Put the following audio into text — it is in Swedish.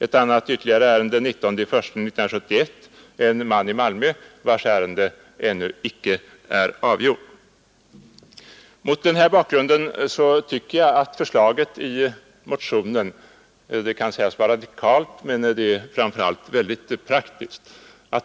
Det kan i dessa fall föreligga speciella skäl, men i varje fall är det mycket lång tid. Mot denna bakgrund tycker jag att förslaget i motionen som kanske kan sägas vara radikalt framför allt är mycket praktiskt.